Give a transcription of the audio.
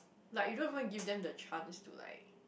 like you don't even give them the chance to like